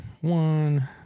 one